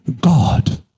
God